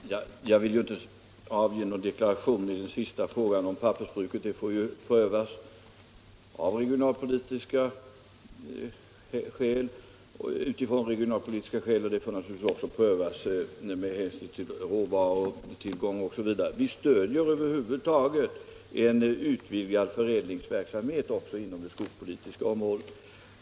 Herr talman! Jag vill inte avge någon deklaration i den sista frågan om pappersbruket. Den får prövas utifrån regionalpolitiska skäl och med hänsyn till råvarutillgång osv. Vi stöder över huvud taget en utvidgad förädlingsverksamhet också inom det skogspolitiska området.